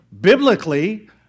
biblically